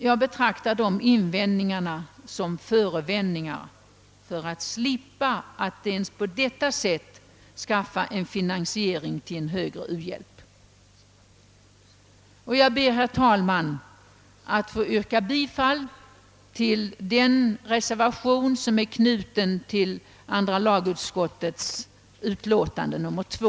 Jag betraktar dessa invändningar som förevändningar för att slippa att ens på detta sätt bidra till en finansiering av en bättre u-hjälp. Jag ber, herr talman, att få yrka bifall till den reservation, som är fogad till andra lagutskottets utlåtande nr 2.